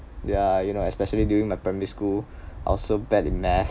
yeah you know especially during my primary school I was so bad in math